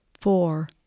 four